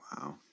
Wow